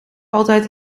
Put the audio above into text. altijd